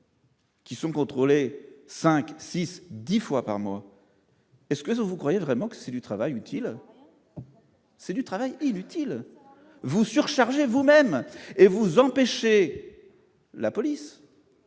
Qui sont contrôlés : 5, 6, 10 fois par mois. Est-ce que vous croyez vraiment que c'est du travail utile, c'est du travail inutile, vous, vous-même et vous empêcher la police